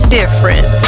different